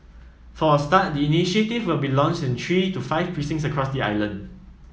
for a start the initiative will be launched in three to five precincts across the island